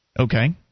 Okay